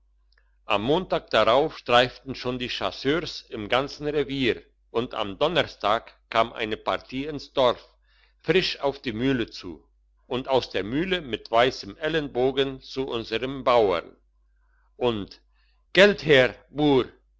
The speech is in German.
am montag drauf streiften schon die chasseurs im ganzen revier und am donnerstag kam eine partie ins dorf frisch auf die mühle zu und aus der mühle mit weissen ellenbogen zu unserm bauern und geld her